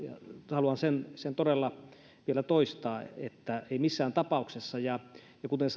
haluan sen sen todella vielä toistaa että ei missään tapauksessa kuten